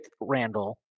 Randall